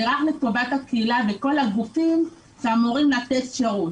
זה רק לטובת הקהילה וכל הגופים שאמורים לתת שירות.